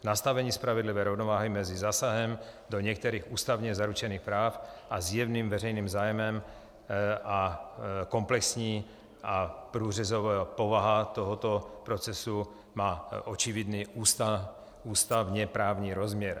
Nastavení spravedlivé rovnováhy mezi zásahem do některých ústavně zaručených práv a zjevným veřejným zájmem a komplexní a průřezová povaha tohoto procesu má očividný ústavněprávní rozměr.